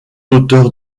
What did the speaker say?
auteur